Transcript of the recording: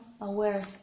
aware